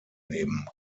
neben